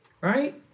right